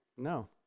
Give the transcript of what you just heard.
No